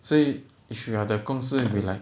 所以 if you're the 公司 you're like